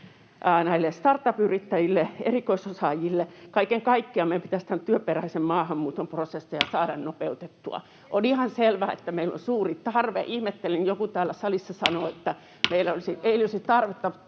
liittyen startup-yrittäjille, erikoisosaajille. Kaiken kaikkiaan meidän pitäisi tämän työperäisen maahanmuuton prosessia saada nopeutettua. On ihan selvää, että meillä on suuri tarve. Ihmettelin, kun joku täällä salissa sanoi, että meillä ei olisi tarvetta